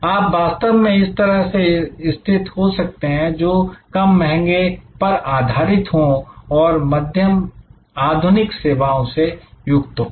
आप वास्तव में इस तरह से स्थित हो सकते हैं जो कम महंगे पर आधारित हो और मध्यम आधुनिक सेवाओं से युक्त हो